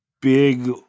big